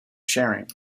sharing